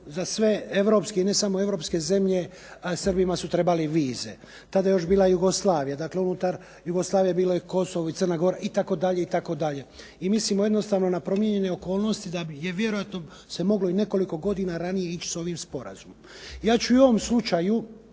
za sve europske, ne samo europske zemlje Srbima su trebale vize. Tada je još bila Jugoslavija. Dakle, unutar Jugoslavije bilo je Kosovo i Crna Gora itd. I mislimo jednostavno na promijenjene okolnosti da se vjerojatno moglo i nekoliko godina ranije ići sa ovim sporazumom. Ja ću u ovom slučaju